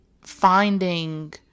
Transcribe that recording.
finding